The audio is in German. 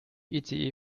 ice